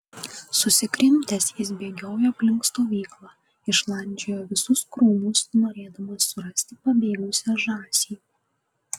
susikrimtęs jis bėgiojo aplink stovyklą išlandžiojo visus krūmus norėdamas surasti pabėgusią žąsį